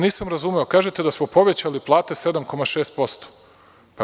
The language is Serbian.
Nisam razumeo, kažete da smo povećali plate 7,6%